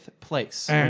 place